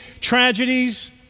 tragedies